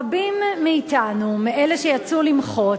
רבים מאתנו, מאלה שיצאו למחות,